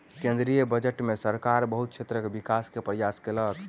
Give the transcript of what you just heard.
केंद्रीय बजट में सरकार बहुत क्षेत्रक विकास के प्रयास केलक